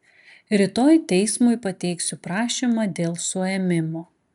rytoj teismui pateiksiu prašymą dėl suėmimo